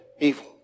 evil